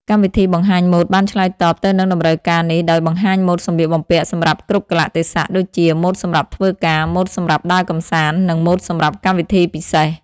កម្មវិធីបង្ហាញម៉ូដបានឆ្លើយតបទៅនឹងតម្រូវការនេះដោយបង្ហាញម៉ូដសម្លៀកបំពាក់សម្រាប់គ្រប់កាលៈទេសៈ ដូចជា ម៉ូដសម្រាប់ធ្វើការ ម៉ូដសម្រាប់ដើរកម្សាន្ត និង ម៉ូដសម្រាប់កម្មវិធីពិសេស។